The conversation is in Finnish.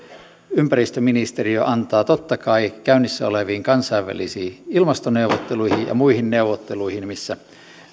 ympäristöministeriö antaa totta kai käynnissä oleviin kansainvälisiin ilmastoneuvotteluihin ja muihin neuvotteluihin missä